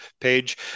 page